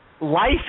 Life